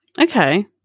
okay